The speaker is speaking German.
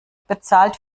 bezahlt